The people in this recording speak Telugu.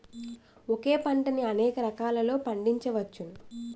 ఒకే పంటని అనేక రకాలలో పండించ్చవచ్చును